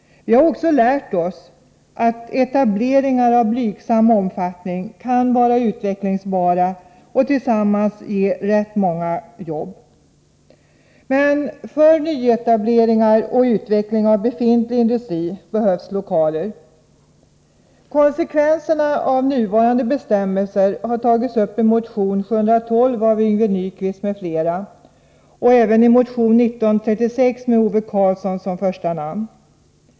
Vi har också lärt oss att etableringar av blygsam omfattning kan vara utvecklingsbara och tillsammans ge rätt många jobb. Men för nyetableringar och utveckling av befintlig industri behövs lokaler. Konsekvenserna av nuvarande bestämmelser har tagits upp i motion 712 av Yngve Nyquist m.fl. och även i motion 1936 med Ove Karlsson som första namn.